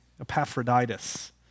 Epaphroditus